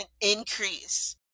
increase